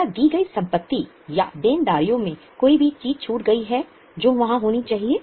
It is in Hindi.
क्या दी गई संपत्ति या देनदारियों में कोई भी चीज छूट गई है जो वहां होनी चाहिए